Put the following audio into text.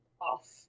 off